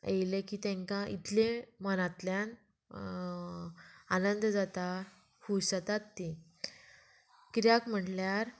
येयले की तेंकां इतले मनांतल्यान आनंद जाता खूश जातात तीं किद्याक म्हणल्यार